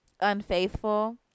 unfaithful